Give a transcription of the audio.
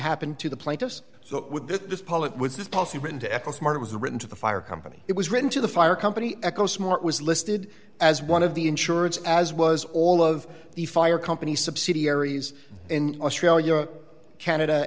happened to the plaintiffs so with this pilot with this policy written to ethel smart it was written to the fire company it was written to the fire company eco smart was listed as one of the insurance as was all of the fire company subsidiaries in australia canada